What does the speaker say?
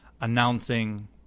announcing